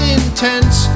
intense